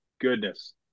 goodness